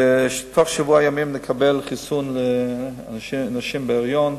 תוך שבוע ימים נקבל חיסון לנשים בהיריון,